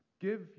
Give